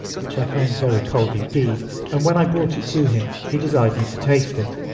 which i found very cold indeed and when i brought it to him he desired me to taste it.